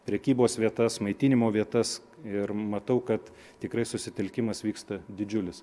prekybos vietas maitinimo vietas ir matau kad tikrai susitelkimas vyksta didžiulis